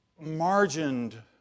margined